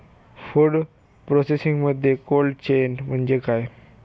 Food प्रोसेसिंगमध्ये cold chain म्हणजे काय?